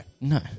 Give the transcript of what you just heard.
No